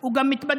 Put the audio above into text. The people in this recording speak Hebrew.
הוא גם מתבדח